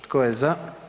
Tko je za?